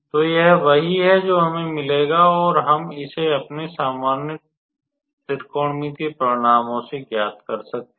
तो यह वही है जो हमें मिलेगा और हम इसे अपने सामान्य त्रिकोणमितीय परिणामों से ज्ञात कर सकते हैं